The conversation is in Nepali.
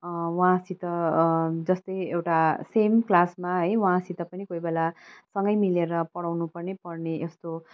उहाँसित जस्तै एउटा सेम क्लासमा है उहाँसित पनि कोही बेला सँगै मिलेर पढाउनु पनि पर्ने यस्तो